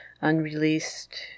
unreleased